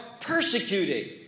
persecuting